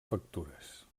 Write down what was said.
factures